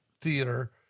theater